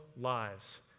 lives